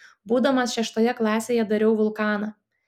būdamas šeštoje klasėje dariau vulkaną